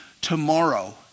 tomorrow